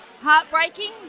Heartbreaking